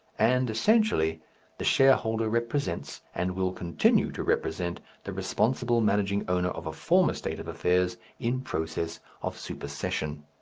and essentially the shareholder represents and will continue to represent the responsible managing owner of a former state of affairs in process of supersession.